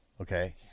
Okay